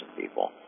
people